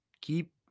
Keep